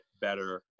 better